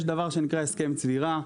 יש דבר שנקרא הסכם צבירה,